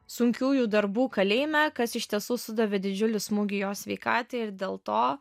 sunkiųjų darbų kalėjime kas iš tiesų sudavė didžiulį smūgį jo sveikatai ir dėl to